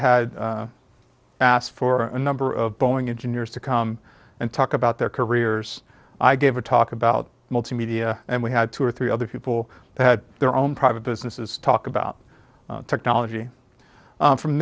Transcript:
asked for a number of boeing engineers to come and talk about their careers i gave a talk about multimedia and we had two or three other people had their own private businesses talk about technology from